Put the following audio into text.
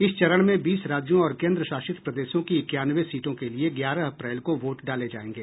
इस चरण में बीस राज्यों और केन्द्रशासित प्रदेशों की इक्यानवे सीटों के लिए ग्यारह अप्रैल को वोट डाले जायेंगे